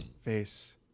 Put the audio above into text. face